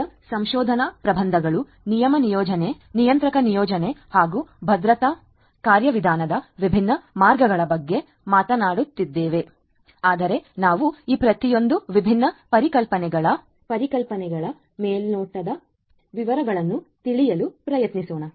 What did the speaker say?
ವಿವಿಧ ಸಂಶೋಧನಾ ಪ್ರಬಂಧಗಳು ನಿಯಮ ನಿಯೋಜನೆಯ ನಿಯಂತ್ರಕ ನಿಯೋಜನೆ ಹಾಗೂ ಭದ್ರತಾ ಕಾರ್ಯವಿಧಾನದ ವಿಭಿನ್ನ ಮಾರ್ಗಗಳ ಬಗ್ಗೆ ಮಾತನಾಡುತ್ತವೆ ಆದರೆ ನಾವು ಈ ಪ್ರತಿಯೊಂದು ವಿಭಿನ್ನ ಪರಿಕಲ್ಪನೆಗಳ ಮೇಲ್ನೋಟದ ವಿವರಗಳನ್ನು ತಿಳಿಯಲು ಪ್ರಯತ್ನಿಸೋಣ